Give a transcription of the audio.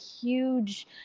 huge